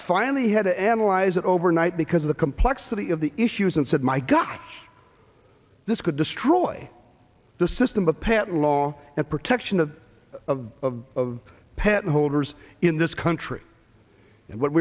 finally had to analyze it overnight because of the complexity of the issues and said my gosh this could destroy the system of patent law and protection of of patent holders in this country and wh